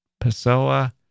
Pessoa